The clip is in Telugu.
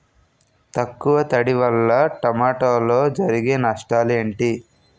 తక్కువ తడి వల్ల టమోటాలో జరిగే నష్టాలేంటి?